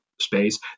space